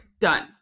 Done